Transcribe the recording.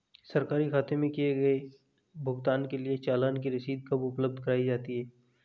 सरकारी खाते में किए गए भुगतान के लिए चालान की रसीद कब उपलब्ध कराईं जाती हैं?